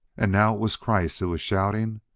and now it was kreiss who was shouting.